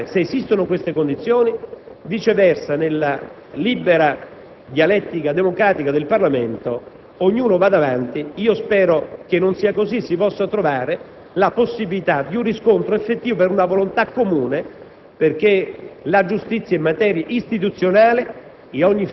le chiedo, se possibile, una sospensione di un'ora, in modo tale da verificare se esistono queste condizioni; viceversa, nella libera dialettica democratica del Parlamento, ognuno vada avanti. Spero che non sia così e si possa trovare la possibilità di un riscontro effettivo di una volontà comune